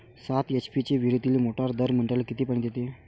सात एच.पी ची विहिरीतली मोटार दर मिनटाले किती पानी देते?